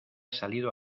salido